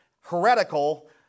heretical